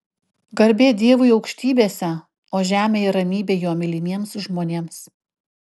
garbė dievui aukštybėse o žemėje ramybė jo mylimiems žmonėms